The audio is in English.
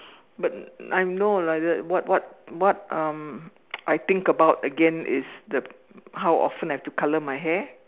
but I'm old ah what what what um I think about again is the how often I have to color my hair